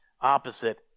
opposite